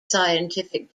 scientific